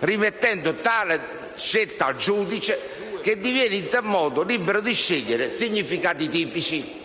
rimettendo tale scelta al giudice, che diviene in tal modo libero di scegliere significati tipici».